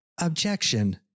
Objection